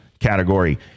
category